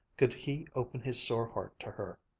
could he open his sore heart to her.